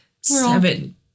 seven